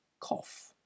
cough